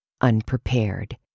Unprepared